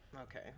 Okay